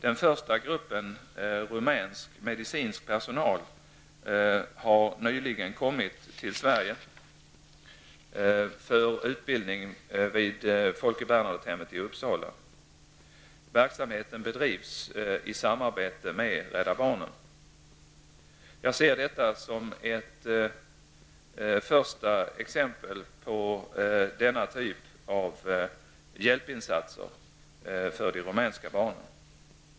Den första gruppen rumänsk medicinsk personal har nyligen kommit till Sverige för utbildning på Folke Bernadottehemmet i Uppsala. Verksamheten bedrivs i samarbete med Rädda barnen. Jag ser detta som ett första exempel på denna typ av hjälpinsatser för de rumänska barnen.